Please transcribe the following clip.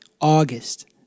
August